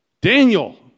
Daniel